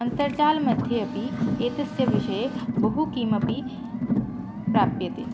अन्तर्जाल्मध्ये अपि एतस्य विषये बहु किमपि प्राप्यते